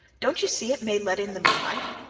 don't you see it may let in the moonlight,